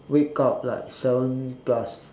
wake up like seven plus